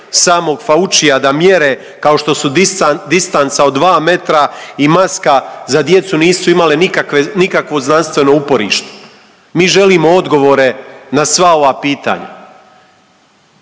samog Faucija da mjere kao što su distanca od 2 metra i maska za djecu nisu imale nikakve, nikakvo znanstveno uporište. Mi želimo odgovore na sva ova pitanja